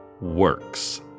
works